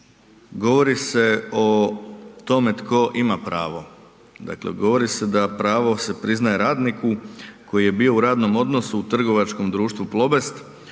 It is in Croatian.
govori se o tome tko ima pravo. Dakle, govori se da pravo se priznaje radniku koji je bio u radnom odnosu u trgovačkom društvu Plobest